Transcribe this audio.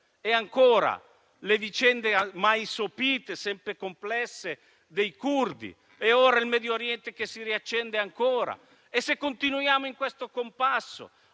sono le vicende mai sopite e sempre complesse dei curdi e ora il Medio Oriente che si riaccende ancora. Se continuiamo a usare il compasso,